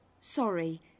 Sorry